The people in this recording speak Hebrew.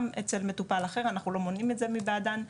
אצל מטופל אחר ואנחנו לא מונעים את זה בעדן,